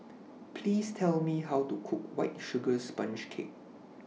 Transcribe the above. Please Tell Me How to Cook White Sugar Sponge Cake